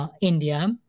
India